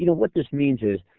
you know what this means is,